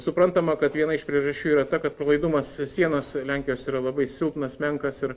suprantama kad viena iš priežasčių yra ta kad pralaidumas sienos lenkijos yra labai silpnas menkas ir